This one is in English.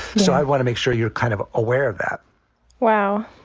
so i want to make sure you're kind of aware of that wow.